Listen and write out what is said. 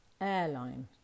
airline